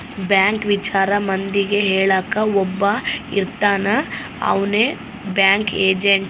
bank ವಿಚಾರ ಮಂದಿಗೆ ಹೇಳಕ್ ಒಬ್ಬ ಇರ್ತಾನ ಅವ್ನೆ ಬ್ಯಾಂಕ್ ಏಜೆಂಟ್